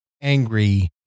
angry